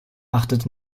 achtet